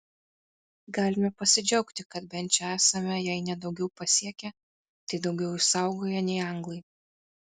galime pasidžiaugti kad bent čia esame jei ne daugiau pasiekę tai daugiau išsaugoję nei anglai